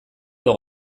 edo